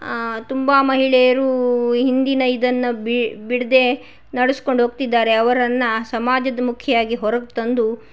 ತುಂಬಾ ಮಹಿಳೆಯರು ಹಿಂದಿನ ಇದನ್ನು ಬಿಡದೆ ನಡ್ಸ್ಕೊಂಡು ಹೋಗ್ತಿದ್ದಾರೆ ಅವರನ್ನು ಸಮಾಜದ ಮುಖಿಯಾಗಿ ಹೊರಗೆ ತಂದು